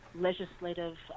legislative